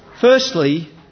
Firstly